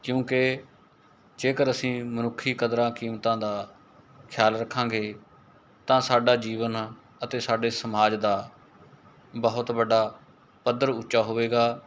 ਕਿਉਂਕਿ ਜੇਕਰ ਅਸੀਂ ਮਨੁੱਖੀ ਕਦਰਾਂ ਕੀਮਤਾਂ ਦਾ ਖਿਆਲ ਰੱਖਾਂਗੇ ਤਾਂ ਸਾਡਾ ਜੀਵਨ ਅਤੇ ਸਾਡੇ ਸਮਾਜ ਦਾ ਬਹੁਤ ਵੱਡਾ ਪੱਧਰ ਉੱਚਾ ਹੋਵੇਗਾ